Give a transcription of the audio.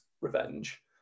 revenge